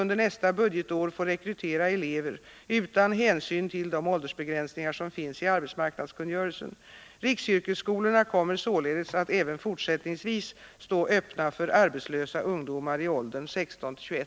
Kommer de nya bestämmelserna för arbetsmarknadsutbildning att ge utrymme för den elevrekrytering som krävs för att bibehålla riksyrkesskolorna i nuvarande omfattning? Vill statsrådet redogöra för motiven för avslaget?